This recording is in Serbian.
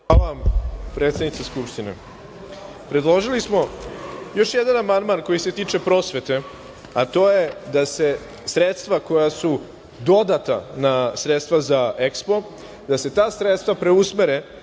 Hvala vam, predsednice Skupštine. Predložili smo još jedan amandman koji se tiče prosvete, a to je da se sredstva koja su dodata na sredstva za EKSPO da se ta sredstva preusmere